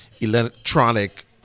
electronic